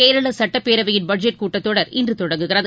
கேரள சட்டப்பேரவையின் பட்ஜெட் கூட்டத் தொடர் இன்று தொடங்குகிறது